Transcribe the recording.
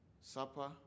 supper